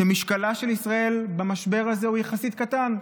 שמשקלה של ישראל במשבר הזה הוא יחסית קטן,